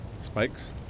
Spikes